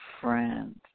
friends